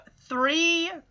three